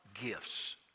gifts